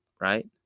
right